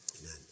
Amen